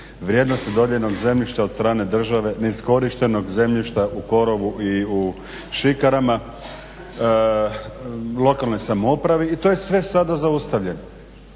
vrijednosti dodijeljenog zemljišta od strane države, neiskorištenog zemljišta u korovu i u šikarama lokalnoj samoupravi i to je sve sada zaustavljeno.